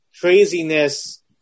craziness